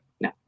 no